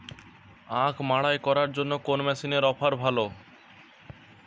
আখ মাড়াই করার জন্য কোন মেশিনের অফার ভালো?